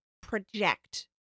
project